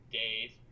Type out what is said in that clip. days